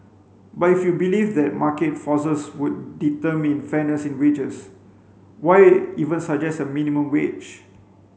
but if you believe that market forces would determine fairness in wages why even suggest a minimum wage